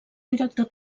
director